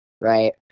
right